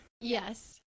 Yes